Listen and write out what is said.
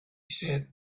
said